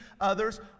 others